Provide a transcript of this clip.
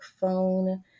phone